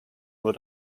nur